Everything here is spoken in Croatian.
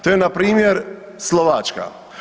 To je npr. Slovačka.